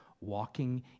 walking